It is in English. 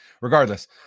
regardless